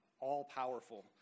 all-powerful